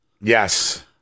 Yes